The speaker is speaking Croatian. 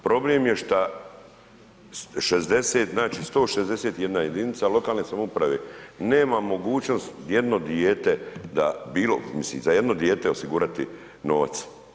Problem je šta, 60, znači 161 jedinice lokalne samouprave nema mogućnost jedno dijete, da, bilo, mislim za jedno dijete osigurati novac.